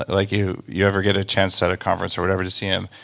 like you you ever get a chance at a conference or whatever, to see him,